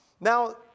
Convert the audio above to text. Now